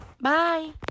Bye